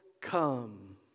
come